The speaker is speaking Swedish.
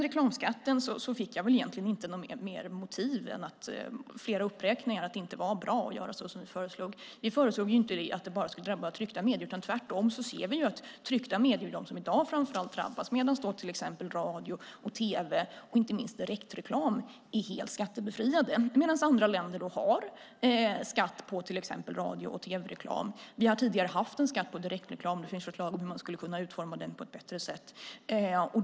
Jag fick egentligen inget mer motiv när det gäller reklamskatten än flera uppräkningar av varför det inte var bra att göra så som vi föreslår. Vi föreslår inte att det bara ska drabba tryckta medier. Vi ser tvärtom att framför allt tryckta medier drabbas i dag, medan till exempel radio, tv och inte minst direktreklam är helt skattebefriade. Andra länder har till exempel skatt på radio och tv-reklam. Vi har tidigare haft en skatt på direktreklam. Det finns förslag på hur man skulle kunna utforma den på ett bättre sätt.